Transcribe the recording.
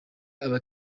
aba